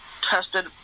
tested